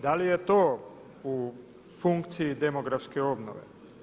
Da li je to u funkciji demografske obnove?